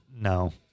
no